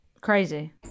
Crazy